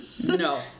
no